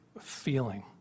feeling